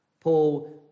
Paul